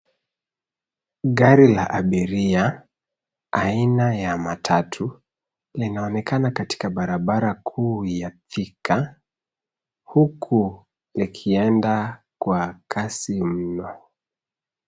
Gari la abiria aina ya matatu linaonekana katika barabara kuu ya Thika huku llikienda kwa kasi mno.